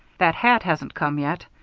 that hat hasn't come yet.